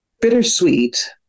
bittersweet